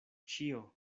ĉio